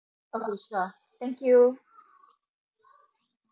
okay sure thank you